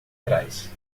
trás